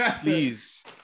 Please